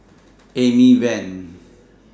Amy Van